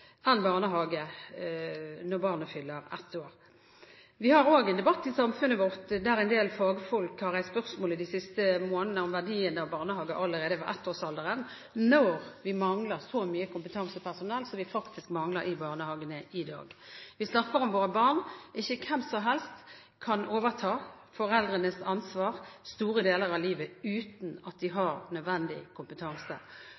annen ordning enn barnehage når barnet fyller ett år. Vi har også en debatt i samfunnet vårt der en del fagfolk i de siste månedene har reist spørsmålet om verdien av barnehage allerede ved ettårsalderen, når vi mangler så mye kompetansepersonell som vi faktisk mangler i barnehagene i dag. Vi snakker om våre barn, og ikke hvem som helst kan overta foreldrenes ansvar store deler av livet, uten at de